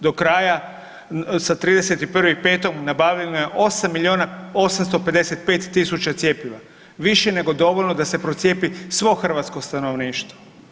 Do kraja sa 31.5. nabavljeno je 8 milijuna 855 tisuća cjepiva, više nego dovoljno da se procijepi svo hrvatsko stanovništvo.